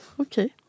Okay